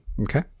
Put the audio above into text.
Okay